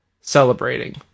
celebrating